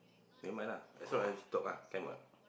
never mind lah as long as talk lah can what